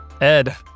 Ed